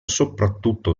soprattutto